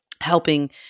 helping